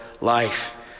life